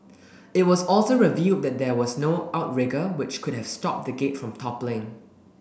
it was also revealed that there was no outrigger which could have stopped the gate from toppling